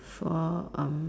for um